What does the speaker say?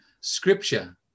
scripture